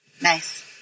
Nice